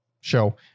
show